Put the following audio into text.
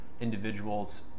individuals